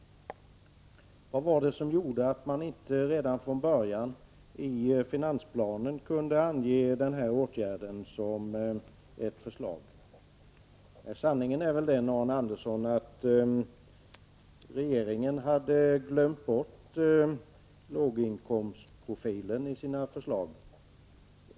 Vad var det som gjorde att man inte redan från början i finansplanen kunde ange den här åtgärden som ett förslag? Sanningen är väl den, Arne Andersson, att regeringen hade glömt bort låginkomstprofilen i sina förslag.